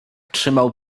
trzymał